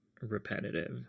repetitive